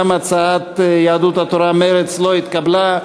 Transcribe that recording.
גם הצעת יהדות התורה, מרצ לא התקבלה.